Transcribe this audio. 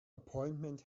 appointment